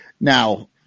Now